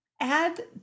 add